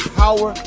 power